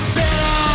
better